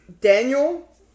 Daniel